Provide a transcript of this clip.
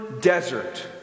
desert